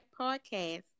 Podcast